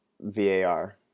VAR